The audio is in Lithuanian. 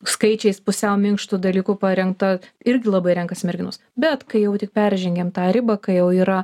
skaičiais pusiau minkštų dalykų parengta irgi labai renkasi merginos bet kai jau tik peržengiam tą ribą kai jau yra